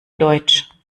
deutsch